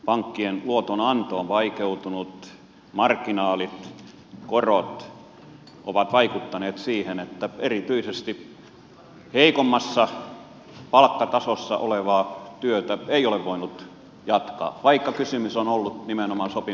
pankkien luotonanto on vaikeutunut marginaalit korot ovat vaikuttaneet siihen että erityisesti heikommassa palkkatasossa olevaa työtä ei ole voinut jatkaa vaikka kysymys on ollut nimenomaan sopimuspalkoista